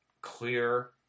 clear